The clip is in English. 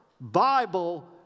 Bible